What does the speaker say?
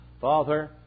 Father